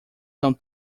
são